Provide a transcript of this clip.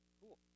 Cool